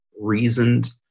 reasoned